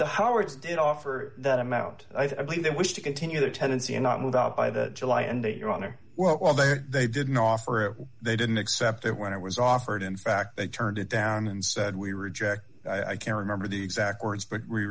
the howards did offer that amount i believe they wish to continue their tenancy and not move up by the july and that your honor well they they didn't offer it they didn't accept it when it was offered in fact they turned it down and said we reject i can't remember the exact words but we